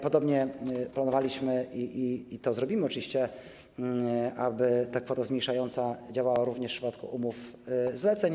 Podobnie planowaliśmy, i to zrobimy oczywiście, aby ta kwota zmniejszająca działała również w przypadku umów-zleceń.